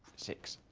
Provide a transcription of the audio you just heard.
six,